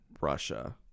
Russia